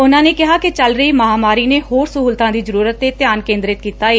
ਉਨਾਂ ਕਿਹਾ ਕਿ ਚੱਲ ਰਹੀ ਮਹਾਮਾਰੀ ਨੇ ਹੋਰ ਸਹੁਲਤਾਂ ਦੀ ਜ਼ਰੁਰਤ ਤੇ ਧਿਆਨ ਕੇਂਦਰਿਤ ਕੀਤਾ ਏ